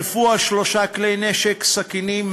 שלפו השלושה כלי נשק, סכינים.